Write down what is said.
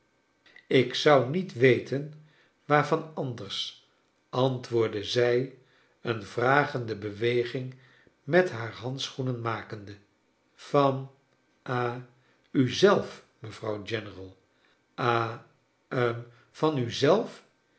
ik zou niet weten waarvan anders antwoordde zij een vragende beweging met haar handschoenen makende van ha u zelf mevrouw general ha hm van u zelf